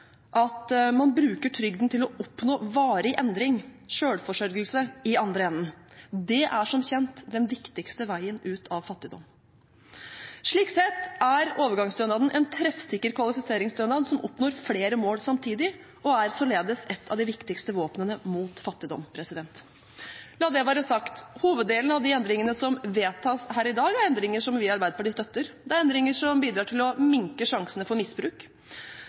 at man bruker trygden til å oppnå varig endring, selvforsørgelse, i den andre enden. Det er som kjent den viktigste veien ut av fattigdom. Slik sett er overgangsstønaden en treffsikker kvalifiseringsstønad som oppnår flere mål samtidig, og er således et av de viktigste våpnene mot fattigdom. La det være sagt: Hoveddelen av de endringene som vedtas her i dag, er endringer som vi i Arbeiderpartiet støtter. Det er endringer som bidrar til å minske sjansene for misbruk.